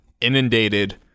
inundated